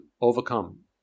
overcome